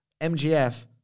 MGF